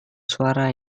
suara